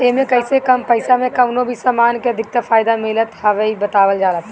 एमे कइसे कम पईसा में कवनो भी समान के अधिक फायदा मिलत हवे इ बतावल जाला